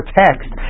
text